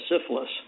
syphilis